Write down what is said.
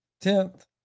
tenth